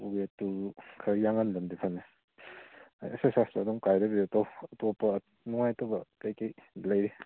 ꯋꯦꯠꯇꯨ ꯈꯔ ꯌꯥꯡꯍꯟꯕꯅꯗꯤ ꯐꯅꯤ ꯑꯦꯛꯁꯔꯁꯥꯏꯁꯇꯣ ꯑꯗꯨꯝ ꯀꯥꯏꯗꯕꯤꯗ ꯇꯧ ꯑꯇꯣꯞꯄ ꯅꯨꯡꯉꯥꯏꯇꯕ ꯀꯩꯀꯩ ꯂꯩꯔꯤ